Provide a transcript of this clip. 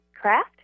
craft